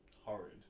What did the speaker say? Horrid